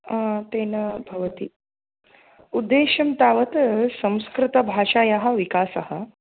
तेन भवति उद्देशं तावत् संस्कृतभाषायाः विकासः